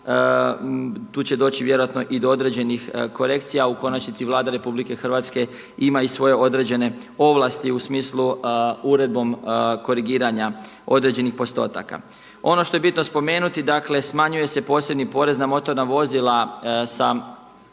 tu će doći vjerojatno i do određenih korekcija. U konačnici Vlada RH ima i svoje određene ovlasti u smislu uredbom korigiranja određenih postotaka. Ono što je bitno spomenuti, dakle, smanjuje se posebni porez na motorna vozila sa